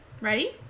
Ready